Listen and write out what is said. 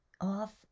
off